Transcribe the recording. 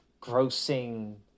grossing